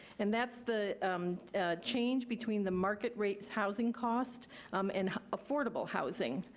and that's the change between the market rates housing cost um and affordable housing.